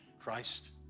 Christ